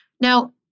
Now